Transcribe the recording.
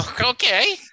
Okay